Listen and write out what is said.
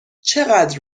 چقدر